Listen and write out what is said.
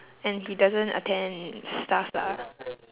and he doesn't attend stuff lah